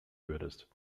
würdest